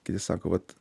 kiti sako vat